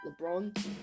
LeBron